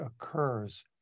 occurs